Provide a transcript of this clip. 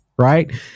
Right